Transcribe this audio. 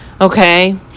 Okay